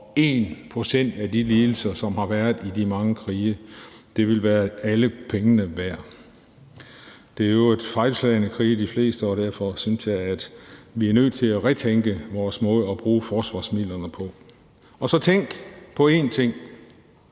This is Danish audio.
af de lidelser, som har været i de mange krige. Det ville være alle pengene værd. De fleste af krigene er i øvrigt fejlslagne, og derfor synes jeg, at vi er nødt til at retænke vores måde at bruge forsvarsmidlerne på. Og så tænk på en anden